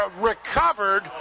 recovered